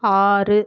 ஆறு